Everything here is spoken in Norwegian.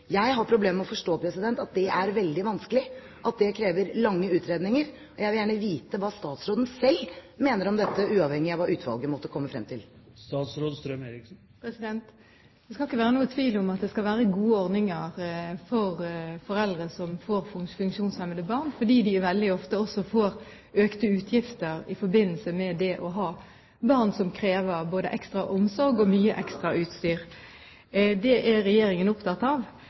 Jeg har problemer med å forstå at det er veldig vanskelig, og at det krever lange utredninger. Jeg vil gjerne vite hva statsråden selv mener om dette, uavhengig av hva utvalget måtte komme frem til. Det skal ikke være noen tvil om at det skal være gode ordninger for foreldre som får funksjonshemmede barn, fordi de veldig ofte får økte utgifter i forbindelse med det å ha barn som krever både ekstra omsorg og mye ekstra utstyr. Det er regjeringen opptatt av.